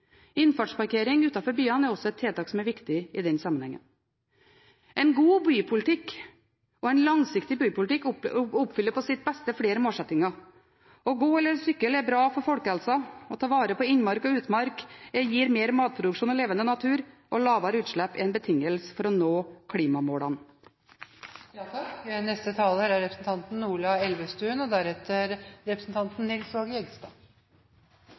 Innfartsparkering utenfor byene er også et tiltak som er viktig i den sammenhengen. En god og langsiktig bypolitikk oppfyller på sitt beste flere målsettinger. Å gå eller sykle er bra for folkehelsa. Å ta vare på utmark og innmark gir mer matproduksjon og levende natur. Lavere utslipp er en betingelse for å nå klimamålene. Jeg vil også takke interpellanten for interpellasjonen og